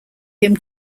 him